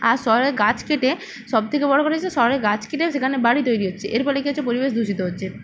আর শহরের গাছ কেটে সবথেকে বড় করেছে শহরের গাছ কেটে সেখানে বাড়ি তৈরি হচ্ছে এর ফলে কী হচ্ছে পরিবেশ দূষিত হচ্ছে